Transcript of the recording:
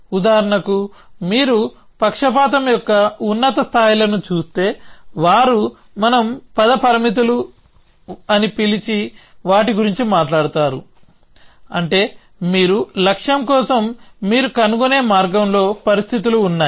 ఉదాహరణకు మీరు పక్షపాతం యొక్క ఉన్నత స్థాయిలను చూస్తే వారు మనం పథ పరిమితులు అని పిలిచే వాటి గురించి మాట్లాడతారు అంటే మీరు లక్ష్యం కోసం మీరు కనుగొనే మార్గంలో పరిస్థితులు ఉన్నాయి